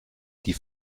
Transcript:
die